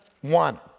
one